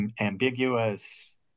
ambiguous